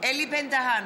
אלי בן-דהן,